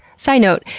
side note.